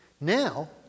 Now